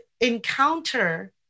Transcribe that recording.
encounter